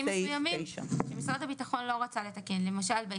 מסוימים כאשר משרד הביטחון לא רצה לתקן,